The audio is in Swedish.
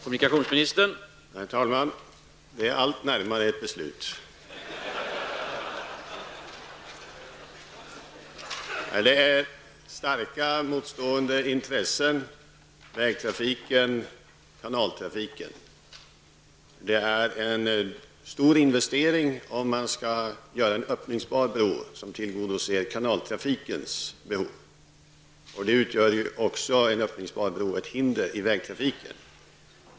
Herr talman! Vi kommer allt närmare ett beslut. Det finns här starka motstående intressen: vägtrafiken och kanaltrafiken. Det är en stor investering om man skall göra en öppningsbar bro som tillgodoser kanaltrafikens behov. En öppningsbar bro utgör också ett hinder i vägtrafiken.